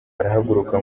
arahaguruka